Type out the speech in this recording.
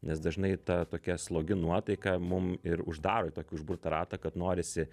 nes dažnai ta tokia slogi nuotaika mum ir uždaro į tokį užburtą ratą kad norisi